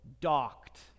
docked